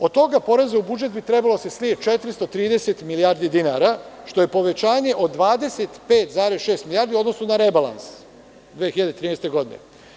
Od toga poreza u budžet bi trebalo da se slije 430 milijardi dinara, što je povećanje od 25,6 milijardi u odnosu na rebalans 2013. godine.